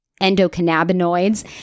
endocannabinoids